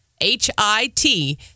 H-I-T